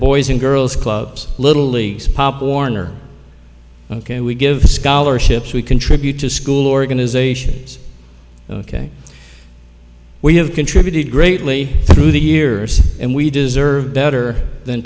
boys and girls clubs little leagues pop warner ok we give scholarships we contribute to school organizations ok we have contributed greatly through the years and we deserve better than